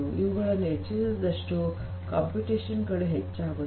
ಇವುಗಳನ್ನು ಹೆಚ್ಚಿಸಿದಷ್ಟು ಕಂಪ್ಯೂಟೇಷನ್ ಗಳು ಹೆಚ್ಚಾಗುತ್ತವೆ